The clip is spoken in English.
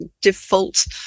default